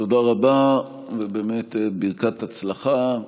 תודה רבה, ובאמת, ברכת הצלחה.